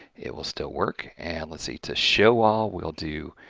it will still work. and let's see, to showall we'll do